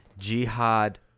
Jihad